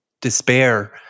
despair